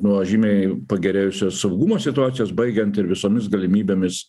nuo žymiai pagerėjusios saugumo situacijos baigiant ir visomis galimybėmis